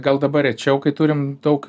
gal dabar rečiau kai turim daug